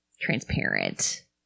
transparent